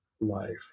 life